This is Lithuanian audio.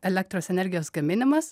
elektros energijos gaminimas